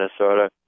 Minnesota